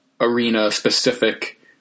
arena-specific